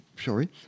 sorry